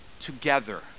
together